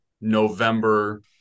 november